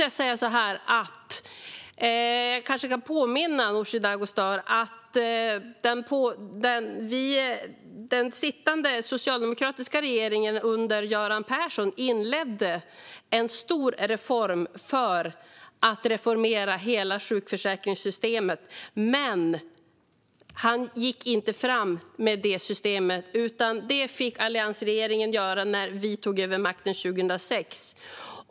Jag kanske kan påminna Nooshi Dadgostar om att Göran Perssons socialdemokratiska regering inledde en stor reform för att reformera hela sjukförsäkringssystemet. Men han gick inte fram med det systemet, utan det fick alliansregeringen göra när den tog över makten 2006.